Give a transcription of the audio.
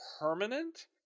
permanent